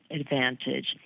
advantage